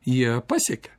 jie pasiekė